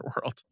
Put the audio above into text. world